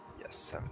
yes